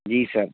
جی سر